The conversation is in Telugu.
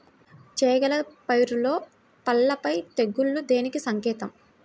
చేగల పైరులో పల్లాపై తెగులు దేనికి సంకేతం?